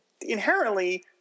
inherently